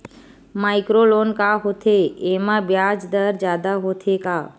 Micro loan का होथे येमा ब्याज दर जादा होथे का?